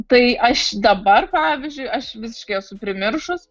tai aš dabar pavyzdžiui aš visiškai esu primiršus